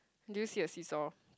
do you see a seesaw